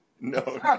No